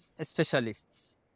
specialists